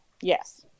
Yes